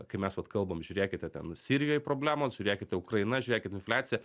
kai mes vat kalbam žiūrėkite ten sirijoj problemos žiūrėkite ukraina žiūrėkit infliacija